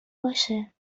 باشه